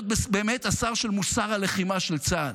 להיות באמת השר של מוסר הלחימה של צה"ל.